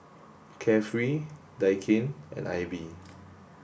Carefree Daikin and AIBI